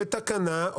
בתקנה,